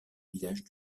villages